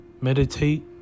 meditate